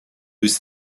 was